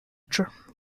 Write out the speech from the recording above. drive